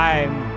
Time